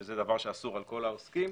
שזה דבר שאסור על כל העוסקים,